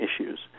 issues